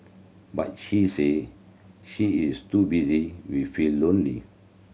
but she say she is too busy feel lonely